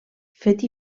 fet